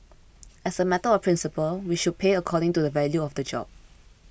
as a matter of principle we should pay according to the value of the job